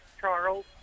Charles